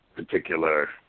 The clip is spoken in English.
particular